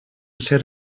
ser